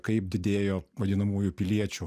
kaip didėjo vadinamųjų piliečių